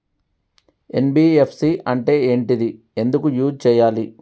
NBFC అంటే ఏంటిది ఎందుకు యూజ్ చేయాలి?